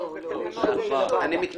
ואני מבקש